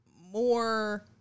more